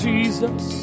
Jesus